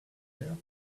here